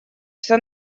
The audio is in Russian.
что